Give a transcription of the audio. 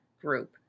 group